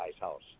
house